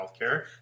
healthcare